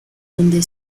donde